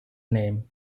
name